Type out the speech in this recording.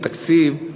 בתקציב,